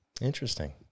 Interesting